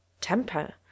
Temper